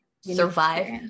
survive